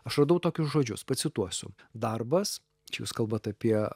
aš radau tokius žodžius pacituosiu darbas čia jūs kalbat apie